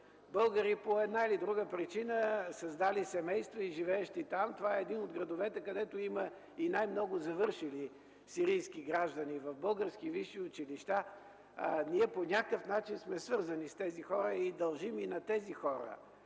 българи. По една или друга причина са създали семейства и живеят там. Това е един от градовете, в които има най-много завършили сирийски граждани в български висши училища. По някакъв начин ние сме свързани с тези хора и им дължим една протегната